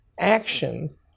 action